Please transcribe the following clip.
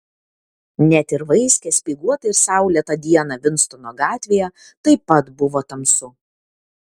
net ir vaiskią speiguotą ir saulėtą dieną vinstono gatvėje taip pat buvo tamsu